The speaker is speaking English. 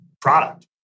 product